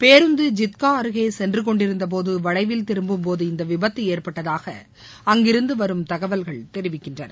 பேருந்து ஜித்கா அருகே சென்று கொண்டிருந்த போது வளைவில் திரும்பும் போது இந்த விபத்து ஏற்பட்டதாக அங்கிருந்து வரும் தகவல்கள் தெரிவிக்கின்றன